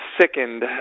sickened